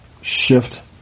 shift